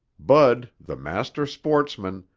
bud, the master sportsman,